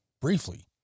briefly